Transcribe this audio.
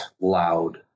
loud